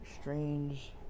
strange